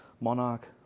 Monarch